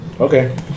Okay